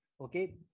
okay